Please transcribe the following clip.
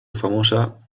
famosa